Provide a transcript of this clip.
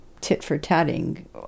tit-for-tatting